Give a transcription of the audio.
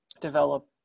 develop